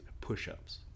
push-ups